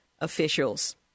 officials